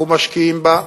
אנחנו משקיעים בה,